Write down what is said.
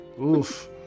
Oof